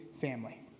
family